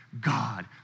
God